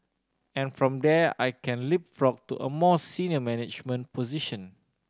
and from there I can leapfrog to a more senior management position